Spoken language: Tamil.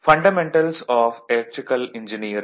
சரி